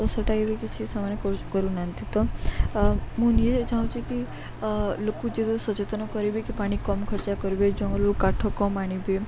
ତ ସେଇବା ବି କିଛି ସେମାନେ କରୁନାହାନ୍ତି ତ ମୁଁ ନିଜେ ଚାହୁଁଛି କି ଲୋକ ଯେ ସଚେତନ କରିବେ କି ପାଣି କମ ଖର୍ଚ୍ଚା କରିବେ ଜଙ୍ଗଲରୁ କାଠ କମ୍ ଆଣିବେ